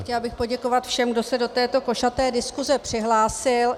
Chtěla bych poděkovat všem, kdo se do této košaté diskuze přihlásili.